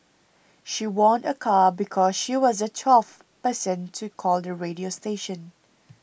she won a car because she was the twelfth person to call the radio station